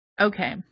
okay